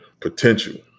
potential